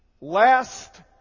last